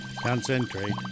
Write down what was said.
Concentrate